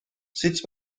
sut